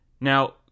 Now